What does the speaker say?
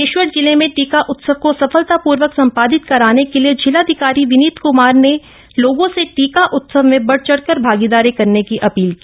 बागेश्वर जिले में टीका उत्सव को सफलता पूर्वक संपादित करामे के लिए जिलाधिकप्री विनीत क्मप्र ने लोगों से टीकप्र उत्सव में बढ़ चढ़कर भागीदप्री करने की अपील की